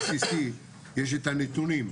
יש את הנתונים.